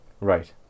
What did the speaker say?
Right